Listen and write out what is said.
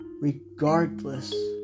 regardless